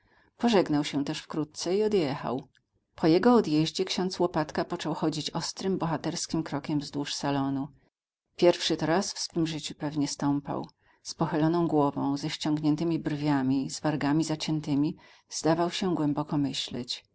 pożegnał się też wkrótce i odjechał po jego odjeździe ksiądz łopatka począł chodzić ostrym bohaterskim krokiem wzdłuż salonu pierwszy to raz w swym życiu pewnie stąpał z pochyloną głową ze ściągniętymi brwiami z wargami zaciętymi zdawał się głęboko myśleć